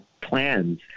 plans